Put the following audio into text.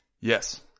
Yes